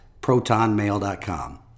ProtonMail.com